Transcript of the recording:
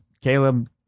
Caleb